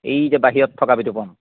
এই যে বাহিৰত থকা বিতোপন